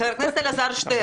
חבר הכנסת אלעזר שטרן,